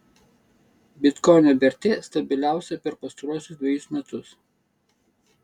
bitkoino vertė stabiliausia per pastaruosius dvejus metus